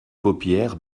paupières